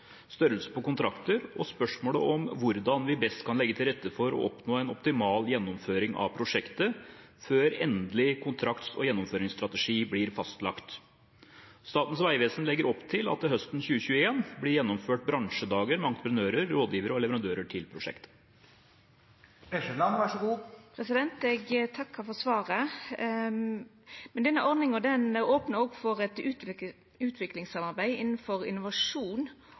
størrelse på kontrakter og spørsmålet om hvordan vi best kan legge til rette for å oppnå en optimal gjennomføring av prosjektet, før endelig kontrakts- og gjennomføringsstrategi blir fastlagt. Statens vegvesen legger opp til at det høsten 2021 blir gjennomført bransjedager med entreprenører, rådgivere og leverandører til prosjekt. Eg takkar for svaret. Men denne ordninga opnar opp for eit utviklingssamarbeid innanfor innovasjon,